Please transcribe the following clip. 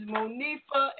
Monifa